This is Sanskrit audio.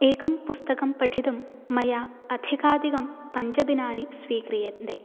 एकं पुस्तकं पठितुं मया अधिकाधिकं पञ्चदिनानि स्वीक्रियन्ते